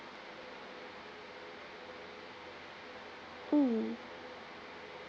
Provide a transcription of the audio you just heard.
mm